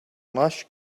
lush